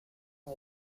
una